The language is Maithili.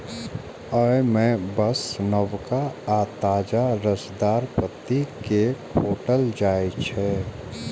अय मे बस नवका आ ताजा रसदार पत्ती कें खोंटल जाइ छै